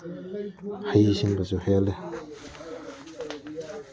ꯍꯩ ꯁꯤꯡꯕꯁꯨ ꯍꯦꯜꯂꯦ